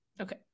Okay